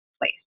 place